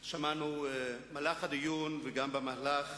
שמענו במהלך הדיון וגם במהלך